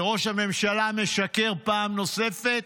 שראש הממשלה משקר פעם נוספת?